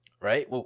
Right